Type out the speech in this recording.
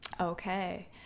Okay